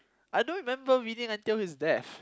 I don't remember reading until his death